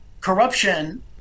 corruption